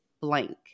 blank